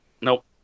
Nope